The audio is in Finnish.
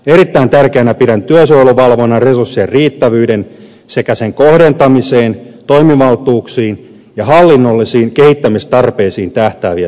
erittäin tärkeänä pidän työsuojeluvalvonnan resurssien riittävyyteen sekä niiden kohdentamiseen toimivaltuuksiin ja hallinnollisiin kehittämistarpeisiin tähtääviä suunnitelmia